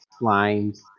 slimes